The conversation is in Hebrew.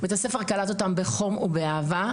בית הספר קלט אותן בחום ובאהבה.